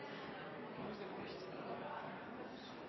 komme tilbake til